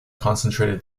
concentrated